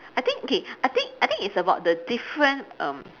I think okay I think I think it's about the different erm